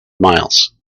miles